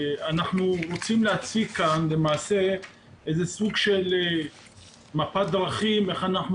אנחנו רוצים להציג כאן מפת דרכים כיצד